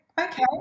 okay